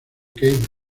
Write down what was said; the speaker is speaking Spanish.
keith